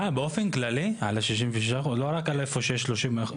באופן כללי על ה-66%, לא רק על איפה שיש 30%?